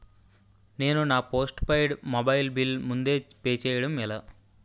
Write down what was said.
నేను నా postpaid mobile bill ముందే పే చేయడం ఎలా?